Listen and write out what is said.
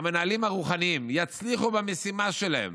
המנהלים הרוחניים, יצליחו במשימה שלהם